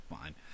fine